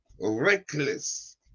reckless